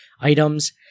items